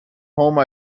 home